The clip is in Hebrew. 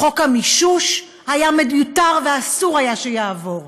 חוק המישוש היה מיותר, ואסור היה שיעבור.